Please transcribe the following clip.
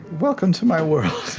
welcome to my world.